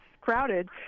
crowded